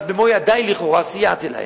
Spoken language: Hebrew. ואז במו-ידי, לכאורה, סייעתי להם.